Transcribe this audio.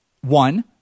One